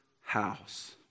house